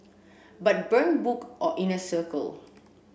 but burn book or inner circle